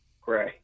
Gray